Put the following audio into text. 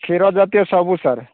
କ୍ଷୀରଜାତୀୟ ସବୁ ସାର୍